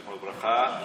זכרונו לברכה,